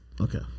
Okay